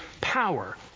power